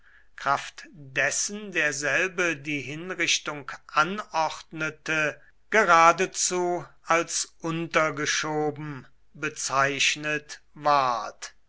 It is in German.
kraft dessen derselbe die hinrichtung anordnete geradezu als untergeschoben bezeichnet ward